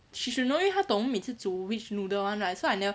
she should know 因为她懂我们每次煮 which noodle [one] right so I never